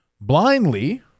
blindly